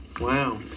Wow